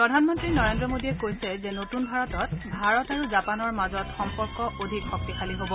প্ৰধানমন্ত্ৰী নৰেন্দ্ৰ মোডীয়ে কৈছে যে নতুন ভাৰতত ভাৰত আৰু জাপানৰ মাজত সম্পৰ্ক অধিক শক্তিশালী হব